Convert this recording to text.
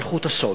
מלכות הסוד,